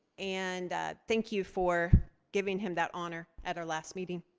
and thank you for giving him that honor at our last meeting.